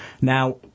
Now